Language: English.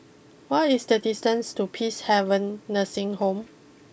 what is the distances to Peacehaven Nursing Home